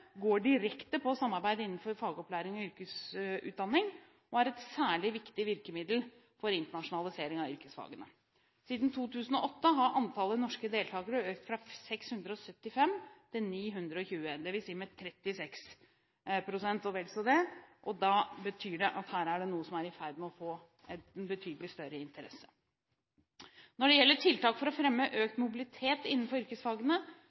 går direkte på samarbeid innenfor fagopplæring og yrkesutdanning, og er et særlig viktig virkemiddel for internasjonalisering av yrkesfagene. Siden 2008 har antallet norske deltakere økt fra 675 til 920, dvs. med 36 pst. og vel så det, og det betyr at her er det noe som er i ferd med å få en betydelig større interesse. Når det gjelder tiltak for å fremme økt mobilitet innenfor yrkesfagene,